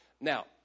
Now